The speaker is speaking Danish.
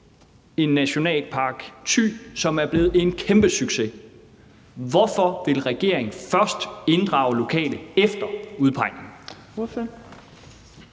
en Nationalpark Thy, som er blevet en kæmpesucces. Hvorfor vil regeringen først inddrage lokale efter udpegningen?